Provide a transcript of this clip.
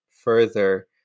further